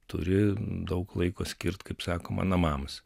turi daug laiko skirt kaip sakoma namams